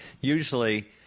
usually